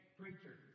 preacher